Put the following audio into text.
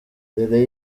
mbere